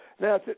now